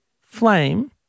flame